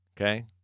okay